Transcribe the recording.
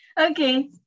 okay